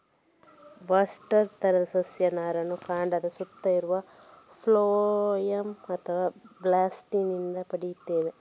bast ತರದ ಸಸ್ಯ ನಾರನ್ನ ಕಾಂಡದ ಸುತ್ತ ಇರುವ ಫ್ಲೋಯಂ ಅಥವಾ ಬಾಸ್ಟ್ ನಿಂದ ಪಡೀತೇವೆ